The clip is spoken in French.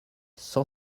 cent